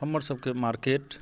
हमरसबके मार्केट